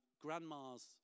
grandma's